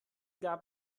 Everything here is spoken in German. gab